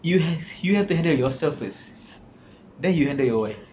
you have you have to handle yourself first then you handle your wife